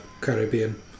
Caribbean